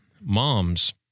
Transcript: moms